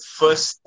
first